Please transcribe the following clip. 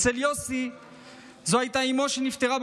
אצל יוסי אימו היא שנפטרה,